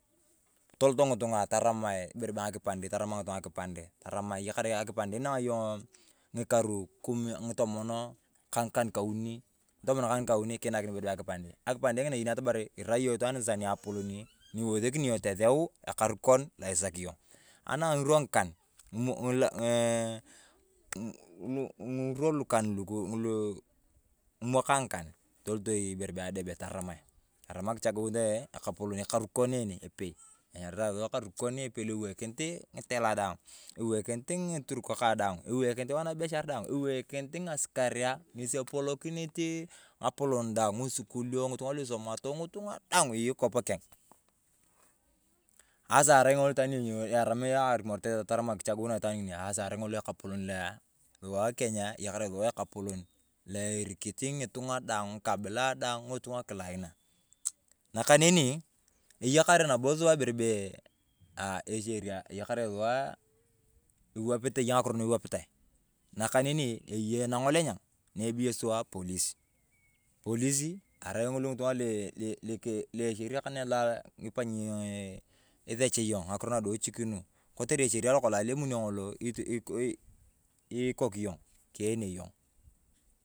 Toloto ng’itunga ibere bee ng’akipandei, tarama ng’itunga nga’akipandei taramae akipande inanga yong ng’ikar ng’itumon ka ng’ikan kauni. Kiinakin ibere bee akipande. Akipande ng’inaa eyeni atamari iria yong itwaan niapolon ni ewosekeni teseu ekarikon kon lo isaki yong. Anang ng’rwa ng’ikan ng’irwa likan lukuu ng’uluu ng’imwakae ng’ikan tolotoi ibere bee adepe taramae tarama kichaguut ekapolon ekarukon enee epei. Enyaritae sua ekarukon epei lo ewakinit ng’itehe daang. Ewakinit ng’iturkaa daang, lo ewoikinit wanabeshar daang, lo ewoikinit ngasigeria, ngesi epolokinit ng’apolon daang, ng’isukulio ng’itung’a lu esomato, ng’itunga daang eya kop keng. Ashaa arai ng’olo itwaan taramae kichagunae itwaan ng’ini a asaa arai ng’olo ekapolon lu asua kenya eyakare sua ekapolon la erikit ng’itung’a daang, ng’ikabitae daang, ng’itunga kila aina. Na kaneni, eyakare nabo sua ibere bee aah echeria, eyakare sua iwapitae eya ng’akiro iwapitae. Na kaneni, iyei nang’olenyang na ebeyo sua polis. Polisi arai ngulu ng’itung’a lu echeria kane la nyipany yong, iseny yong ng’akiro nadochichik nu kotere echaria lu kolong alemunio ng’olo ikong yong keenio yong.